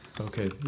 okay